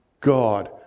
God